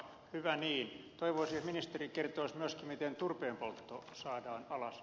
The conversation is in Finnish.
toivoisin että ministeri kertoisi myöskin miten turpeenpoltto saadaan alas